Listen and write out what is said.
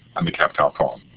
on the captel phone.